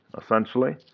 essentially